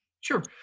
Sure